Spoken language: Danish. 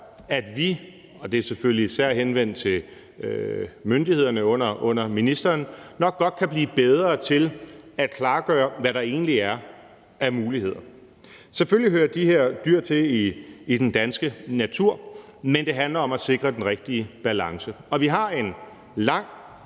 at vi, og det er selvfølgelig især henvendt til myndighederne under ministeren, nok godt kan blive bedre til at klargøre, hvad der egentlig er af muligheder. Selvfølgelig hører de her dyr til i den danske natur, men det handler om at sikre den rigtige balance. Vi har en lang,